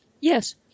Yes